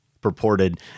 purported